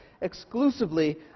exclusively